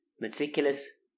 meticulous